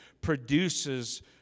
produces